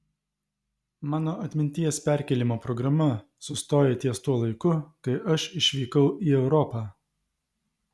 mano atminties perkėlimo programa sustoja ties tuo laiku kai aš išvykau į europą